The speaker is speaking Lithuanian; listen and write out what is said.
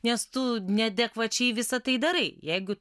nes tu neadekvačiai visa tai darai jeigu